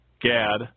Gad